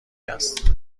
است